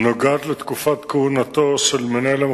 ולקריאה שלישית לוועדת חוץ וביטחון.